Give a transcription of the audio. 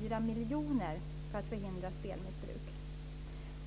4 miljoner för att förhindra spelmissbruk.